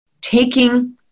taking